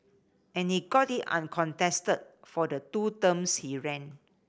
and he got in uncontested for the two terms he ran